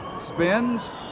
spins